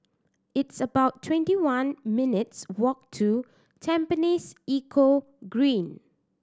it's about twenty one minutes' walk to Tampines Eco Green